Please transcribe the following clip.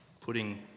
putting